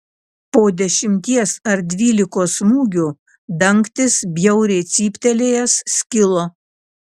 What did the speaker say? po dešimties ar dvylikos smūgių dangtis bjauriai cyptelėjęs skilo